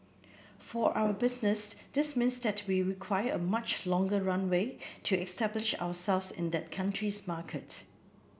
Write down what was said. for our business this means that we require a much longer runway to establish ourselves in that country's market